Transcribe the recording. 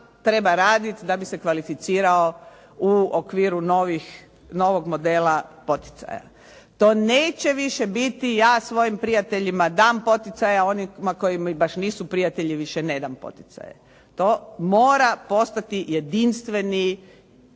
treba raditi da bi se kvalificirao u okviru novog modela poticaja. To neće više biti, ja svojim prijateljima dam poticaje, a onima koji mi baš nisu prijatelji, više ne dam poticaje. To mora postati jedinstveni,